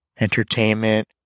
entertainment